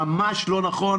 ממש לא נכון.